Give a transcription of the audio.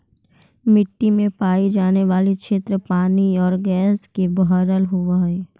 मिट्टी में पाई जाने वाली क्षेत्र पानी और गैस से भरल होवअ हई